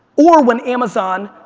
or when amazon,